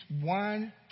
one